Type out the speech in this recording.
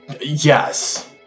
Yes